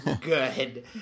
good